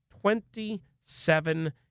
Twenty-seven